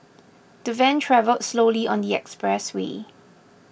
the van travelled slowly on the expressway